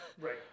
Right